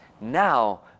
Now